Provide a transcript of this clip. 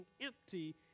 empty